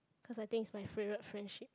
cause I think it's my favourite friendship